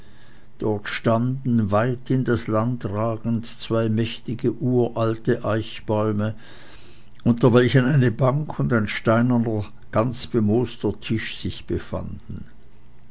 dort standen weit in das land ragend zwei mächtige uralte eichbäume unter welchen eine bank und ein steinerner ganz bemooster tisch sich befanden